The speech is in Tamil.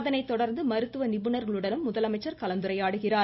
அதனை தொடர்ந்து மருத்துவ நிபுணர்களுடனும் முதலமைச்சர் கலந்துரையாடுகிறார்